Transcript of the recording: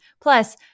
Plus